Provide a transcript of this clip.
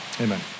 amen